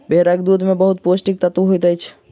भेड़क दूध में बहुत पौष्टिक तत्व होइत अछि